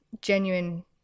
genuine